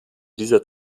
dieser